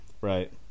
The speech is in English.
Right